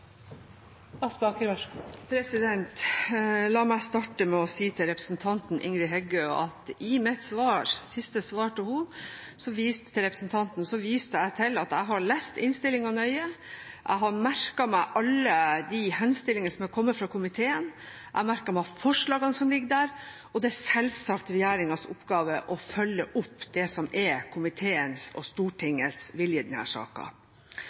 det. La meg starte med å si til representanten Ingrid Heggø at i mitt siste svar til henne viste jeg til at jeg har lest innstillingen nøye, jeg har merket meg alle de henstillinger som er kommet fra komiteen, jeg har merket meg forslagene som ligger der, og det er selvsagt regjeringens oppgave å følge opp det som er komiteens og Stortingets vilje